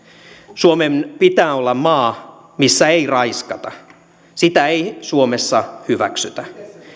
suomen pitää olla maa missä ei raiskata sitä ei suomessa hyväksytä